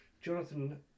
Jonathan